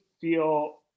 feel